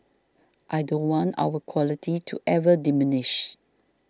I don't want our quality to ever diminish